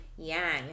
Yang